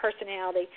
personality